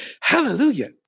Hallelujah